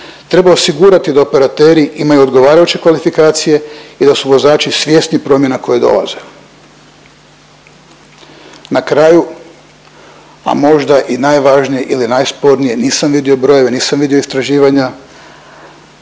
Treba osigurati da operateri imaju odgovarajuće kvalifikacije i da su vozači svjesni promjena koje dolaze. Na kraju, a možda i najvažnije ili najspornije, nisam vidio brojeve, nisam vidio istraživanja,